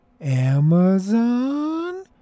Amazon